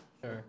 Sure